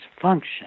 function